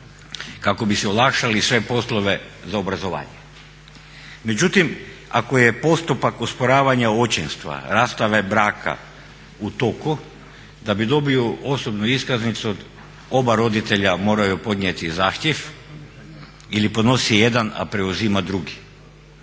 kako bi si olakšali sve poslove za obrazovanje. Međutim, ako je postupak osporavanja očinstva, rastave braka u toku da bi dobio osobnu iskaznicu oba roditelja moraju podnijeti zahtjev ili podnosi jedan, a preuzima drugi.